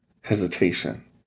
hesitation